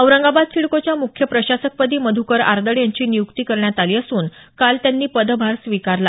औरंगाबाद सिडकोच्या मुख्य प्रशासकपदी मध्कर आर्दड यांची नियुक्ती करण्यात आली असून काल त्यांनी पदभार स्विकारला